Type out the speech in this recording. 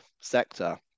sector